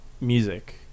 music